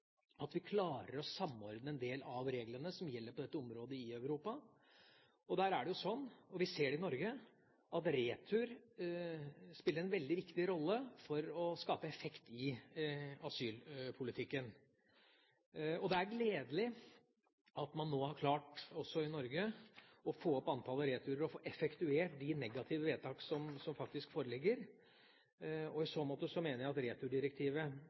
at vi klarer å samordne en del av de reglene som gjelder på dette området i Europa. Der spiller retur en veldig viktig rolle – vi ser det også i Norge – for å skape effekt i asylpolitikken. Det er gledelig at man nå også i Norge har klart å få opp antall returer, og få effektuert de negative vedtak som faktisk foreligger. I så måte mener jeg at returdirektivet